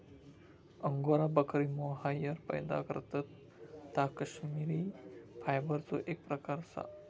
angora बकरी mohair पैदा करतत ता कश्मिरी फायबरचो एक प्रकार असा